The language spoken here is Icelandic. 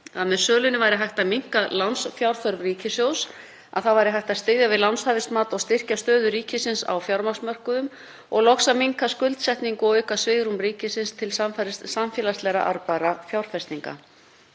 að með sölunni væri hægt að minnka lánsfjárþörf ríkissjóðs, að hægt væri að styðja við lánshæfismat og styrkja stöðu ríkisins á fjármagnsmörkuðum, og loks að minnka skuldsetningu og auka svigrúm ríkisins til samfélagslega arðbærra fjárfestinga.